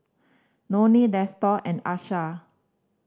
Donnie Nestor and Asha